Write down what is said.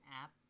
app